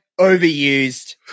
overused